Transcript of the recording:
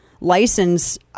license